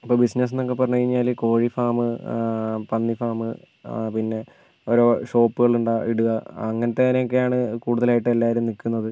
ഇപ്പോൾ ബിസിനസെന്നൊക്കെ പറഞ്ഞു കഴിഞ്ഞാൽ കോഴി ഫാം പന്നി ഫാം പിന്നെ ഓരോ ഷോപ്പുകൾ ഇട ഇടുക അങ്ങനത്തേന്നൊക്കെയാണ് കൂടുതലായിട്ടും എല്ലാവരും നിൽക്കുന്നത്